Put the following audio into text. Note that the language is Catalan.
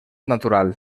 natural